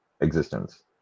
existence